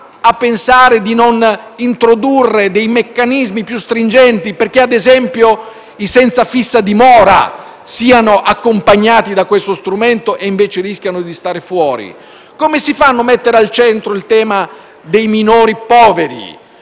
Come si fa a non mettere al centro il tema dei minori poveri?